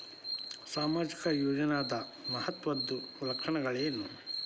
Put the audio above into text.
ಸಾಮಾಜಿಕ ಯೋಜನಾದ ಮಹತ್ವದ್ದ ಲಕ್ಷಣಗಳೇನು?